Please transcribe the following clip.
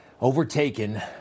overtaken